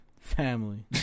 Family